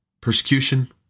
Persecution